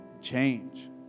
change